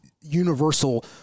universal